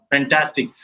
Fantastic